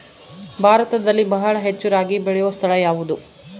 ಭಾರತದಲ್ಲಿ ಬಹಳ ಹೆಚ್ಚು ರಾಗಿ ಬೆಳೆಯೋ ಸ್ಥಳ ಯಾವುದು?